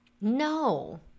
no